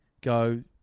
go